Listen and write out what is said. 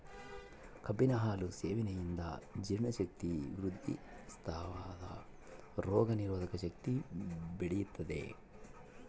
ಕಬ್ಬಿನ ಹಾಲು ಸೇವನೆಯಿಂದ ಜೀರ್ಣ ಶಕ್ತಿ ವೃದ್ಧಿಸ್ಥಾದ ರೋಗ ನಿರೋಧಕ ಶಕ್ತಿ ಬೆಳಿತದ